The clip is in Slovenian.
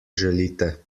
želite